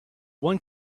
one